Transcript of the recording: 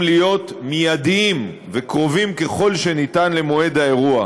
להיות מיידיים וקרובים ככל שניתן למועד האירוע,